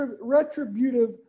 retributive